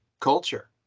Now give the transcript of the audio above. culture